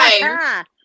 time